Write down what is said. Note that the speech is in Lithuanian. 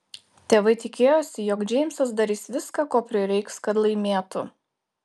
tėvai tikėjosi jog džeimsas darys viską ko prireiks kad laimėtų